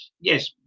Yes